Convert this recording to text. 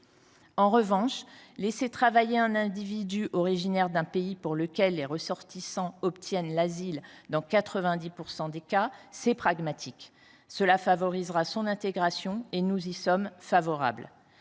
En revanche, laisser travailler un individu originaire d’un pays pour lequel les ressortissants obtiennent l’asile dans 90 % des cas est une mesure pragmatique ! Cela favorisera son intégration et nous y sommes favorables.